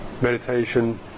meditation